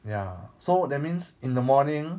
ya so that means in the morning